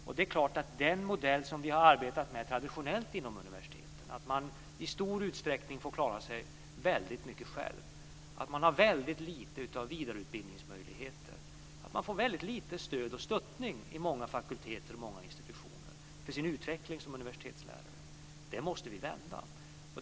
Och det är klart att den modell som vi har arbetat med traditionellt inom universiteten har inneburit att man i stor utsträckning får klara sig väldigt mycket själv, att man har väldigt lite av vidareutbildningsmöjligheter och att man får väldigt lite stöd och stöttning vid många fakulteter och många institutioner för sin utveckling som universitetslärare. Det måste vi vända.